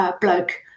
bloke